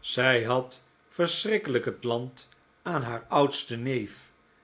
zij had verschrikkelijk het land aan haar oudsten neef